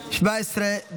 1 15 נתקבלו.